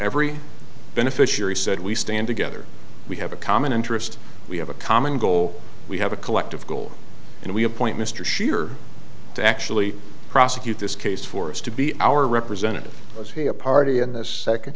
every beneficiary said we stand together we have a common interest we have a common goal we have a collective goal and we appoint mr scherer to actually prosecute this case for us to be our representative was he a party in this second